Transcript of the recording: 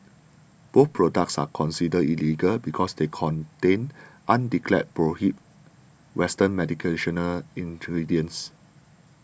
both products are considered illegal because they contain undeclared prohibited western medicinal ingredients